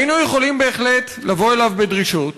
היינו יכולים בהחלט לבוא אליו בדרישות